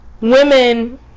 women